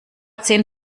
zehn